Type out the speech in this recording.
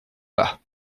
bas